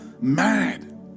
mad